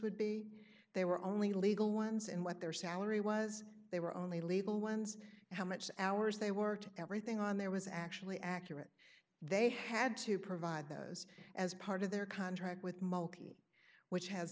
would be they were only legal ones and what their salary was they were only legal ones how much hours they worked everything on there was actually accurate they had to provide those as part of their contract with mulkey which has